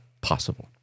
possible